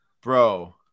bro